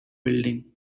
building